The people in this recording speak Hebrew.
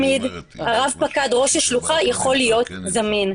רב פקד ראש השלוחה יכול להיות זמין.